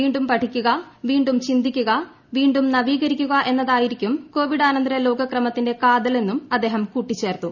വീണ്ടും പഠിക്കുക വീണ്ടും ചിന്തിക്കുക വീണ്ടും നവീകരിക്കുക എന്നതായിരിക്കും കോവിഡാനന്തര ലോക ക്രമത്തിന്റെ കാതൽ എന്നും അദ്ദേഹം കൂട്ടിച്ചേർത്തു